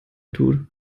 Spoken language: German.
tut